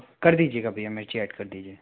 कर दीजिएगा भईया मिर्ची ऐड कर दीजिए